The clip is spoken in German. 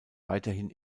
weiterhin